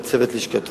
ואת צוות לשכתו,